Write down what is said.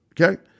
Okay